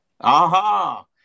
Aha